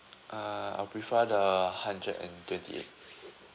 uh I'll prefer the hundred and twenty eight